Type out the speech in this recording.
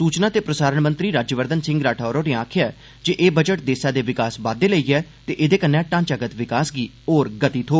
सूचना ते प्रसारण मंत्री राज्यवर्धन सिंह राठौर होरें आखेआ ऐ जे एह् बजट देसै दे विकास बाद्दे लेई ऐ ते एह्दे कन्नै ढांचागत विकास गी होर गति थ्होग